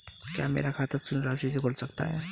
क्या मेरा खाता शून्य राशि से खुल सकता है?